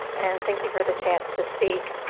and thank you for the chance to speak.